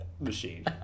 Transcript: machine